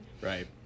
Right